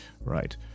right